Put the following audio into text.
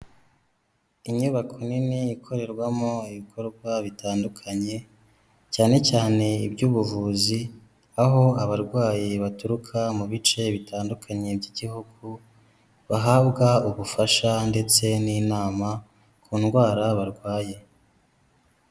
Inyubako nini ikorerwamo ibikorwa bitandukanye , cyane cyane iby'ubuvuzi . Aho abarwayi baturuka mu bice bitandukanye by'igihugu, bahabwa ubufasha ndetse n'inama ku ndwara barwaye .